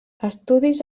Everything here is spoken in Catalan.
estudis